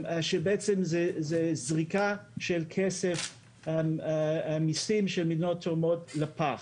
שבעצם זו זריקה של כסף של המיסים של המדינות התורמות לפח.